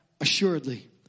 assuredly